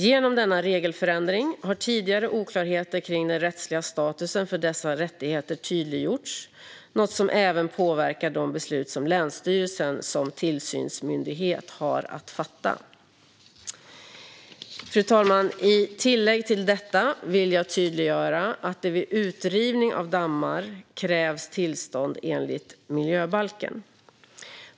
Genom denna regelförändring har tidigare oklarheter kring den rättsliga statusen för dessa rättigheter tydliggjorts, vilket är något som även påverkar de beslut som länsstyrelsen som tillsynsmyndighet har att fatta. Fru talman! I tillägg till detta vill jag tydliggöra att det vid utrivning av dammar krävs tillstånd enligt miljöbalken.